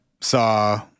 saw